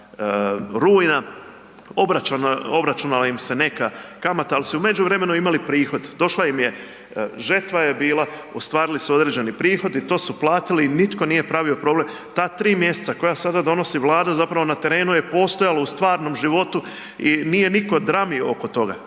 do 30. rujna, obračunala im se neka kamata ali su u međuvremenu imali prihod. Došla im je žetva je bila, ostvarili su određeni prihod i to su platili i nitko nije pravio problem, ta 3 mjeseca koja sada donosi Vlada zapravo na terenu je postojalo u stvarnom životu i nije nitko dramio oko toga,